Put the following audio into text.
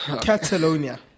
Catalonia